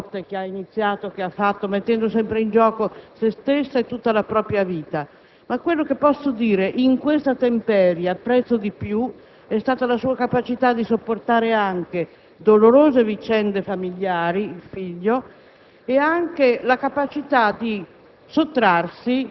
Di lei posso dire di aver apprezzato tutte le lotte che ha iniziato e che ha fatto, mettendo sempre in gioco se stessa e tutta la propria vita. Quello che posso dire è che in questa temperie ciò che apprezzo di più è stata la sua capacità di sopportare anche dolorose vicende familiari (il figlio)